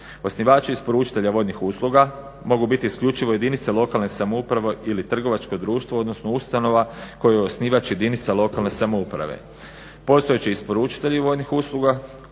Osnivači isporučitelja vodnih usluga mogu biti isključivo jedinice lokalne samouprave ili trgovačko društvo, odnosno ustanova kojoj je osnivač jedinica lokalne samouprave. Postojeći isporučitelji vodnih usluga